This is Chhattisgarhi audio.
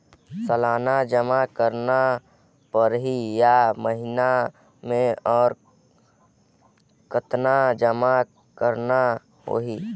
सालाना जमा करना परही या महीना मे और कतना जमा करना होहि?